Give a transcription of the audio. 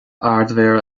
ardmhéara